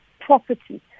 property